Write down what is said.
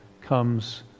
comes